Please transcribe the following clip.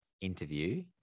interview